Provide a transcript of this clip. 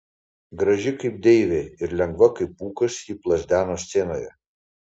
graži kaip deivė ir lengva kaip pūkas ji plazdeno scenoje